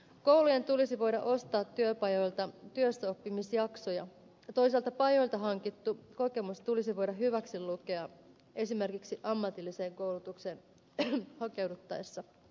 koulujen tulisi voida ostaa työpajoilta työssäoppimisjaksoja ja toisaalta pajoilta hankittu kokemus tulisi voida hyväksilukea esimerkiksi ammatilliseen koulutukseen hakeuduttaessa